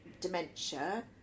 dementia